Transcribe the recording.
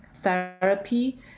therapy